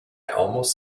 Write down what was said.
almost